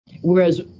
whereas